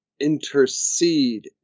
intercede